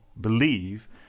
believe